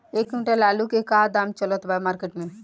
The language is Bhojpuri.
एक क्विंटल आलू के का दाम चलत बा मार्केट मे?